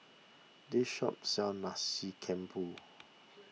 this shop sells Nasi Campur